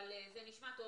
אבל זה נשמע טוב,